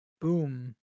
Boom